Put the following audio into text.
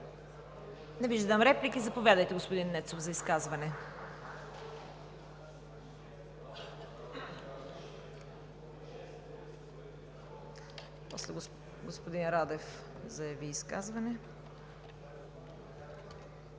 Не виждам. Заповядайте, господин Нецов, за изказване.